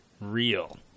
real